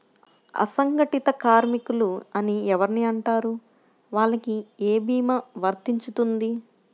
అసంగటిత కార్మికులు అని ఎవరిని అంటారు? వాళ్లకు ఏ భీమా వర్తించుతుంది?